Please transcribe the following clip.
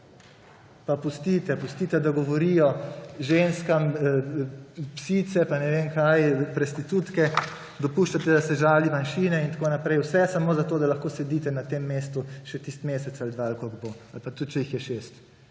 pustite, da govorijo ženskam psice, pa ne vem kaj, prostitutke, dopuščate, da se žali manjšine in tako naprej; vse samo zato, da lahko sedite na tem mestu še tisti mesec ali dva ali koliko bo, ali pa tudi, če jih je šest.